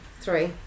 three